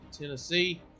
Tennessee